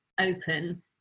open